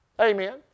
Amen